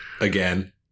again